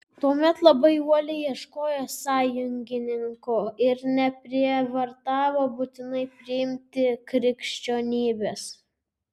tuomet labai uoliai ieškojo sąjungininkų ir neprievartavo būtinai priimti krikščionybės